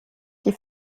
die